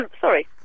Sorry